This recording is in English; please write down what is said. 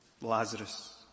Lazarus